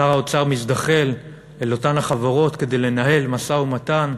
שר האוצר מזדחל אל אותן החברות כדי לנהל משא-ומתן.